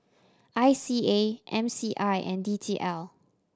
I C A M C I and D T L